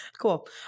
Cool